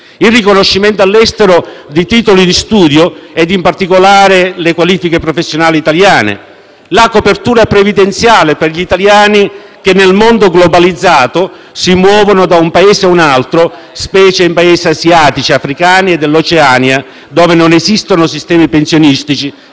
il riconoscimento all'estero di titoli di studio, ed in particolare le qualifiche professionali italiane, la copertura previdenziale per gli italiani che nel mondo globalizzato si muovono da un Paese a un altro, specie in Paesi asiatici, africani e dell'Oceania, dove non esistono sistemi pensionistici